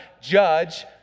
judge